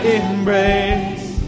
embrace